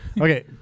okay